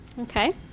Okay